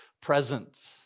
present